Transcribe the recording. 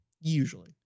usually